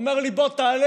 והוא אומר לי: בוא תעלה,